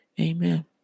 Amen